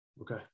okay